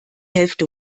hälfte